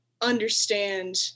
understand